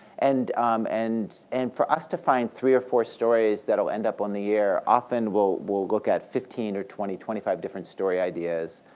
and um and and for us to find three or four stories that'll end up on the air, often, we'll we'll look at fifteen or twenty twenty five different story ideas.